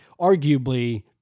arguably